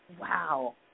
Wow